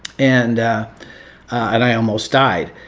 and i almost died.